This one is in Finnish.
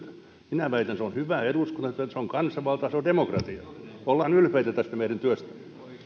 minä väitän että se on hyvää eduskuntatyötä se on kansanvaltaa se on demokratiaa olkaamme ylpeitä tästä meidän työstämme